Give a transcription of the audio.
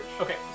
Okay